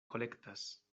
kolektas